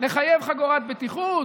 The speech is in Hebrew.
ולחייב חגורת בטיחות.